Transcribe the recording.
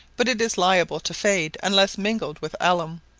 but it is liable to fade unless mingled with alum.